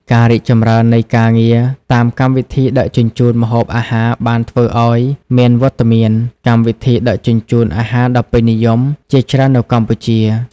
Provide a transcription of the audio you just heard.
ការរីកចម្រើននៃការងារតាមកម្មវិធីដឹកជញ្ជូនម្ហូបអាហារបានធ្វើឱ្យមានវត្តមាន កម្មវិធីដឹកជញ្ជូនអាហារដ៏ពេញនិយម ជាច្រើននៅកម្ពុជា។